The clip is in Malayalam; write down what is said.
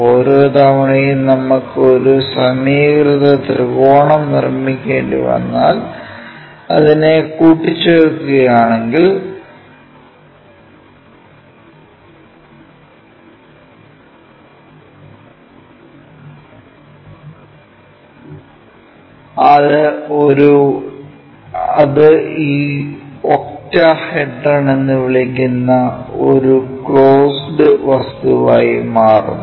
ഓരോ തവണയും നമുക്ക് ഒരു സമീകൃത ത്രികോണം നിർമ്മിക്കേണ്ടിവന്നാൽ അതിനെ കൂട്ടിച്ചേർക്കുകയാണെങ്കിൽ അത് ഈ ഒക്ടാഹെഡ്രോൺ എന്ന് വിളിക്കുന്ന ഒരു ക്ലോസ്ഡ് വസ്തുവായി മാറുന്നു